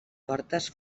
portes